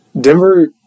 Denver